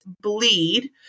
bleed